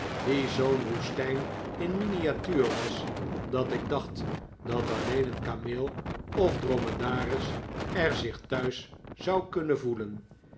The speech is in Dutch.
die zoo'n woestijn in miniatuur was dat ik dacht dat alleen een kameel of dromedaris er zich thuis zou kunnen voelen